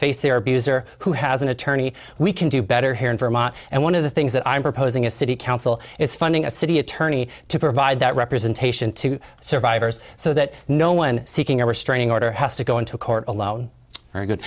face their abuser who has an attorney we can do better here in vermont and one of the things that i'm proposing a city council is funding a city attorney to provide that representation to survivors so that no one seeking a restraining order has to go into court alone